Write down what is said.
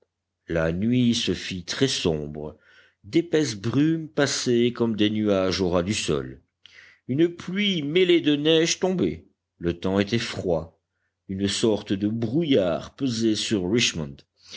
la nuit se fit très sombre d'épaisses brumes passaient comme des nuages au ras du sol une pluie mêlée de neige tombait le temps était froid une sorte de brouillard pesait sur richmond